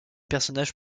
personnages